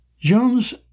Jones